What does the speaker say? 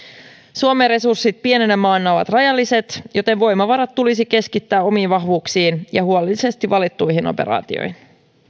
suomen resurssit pienenä maana ovat rajalliset joten voimavarat tulisi keskittää omiin vahvuuksiin ja huolellisesti valittuihin operaatioihin